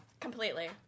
completely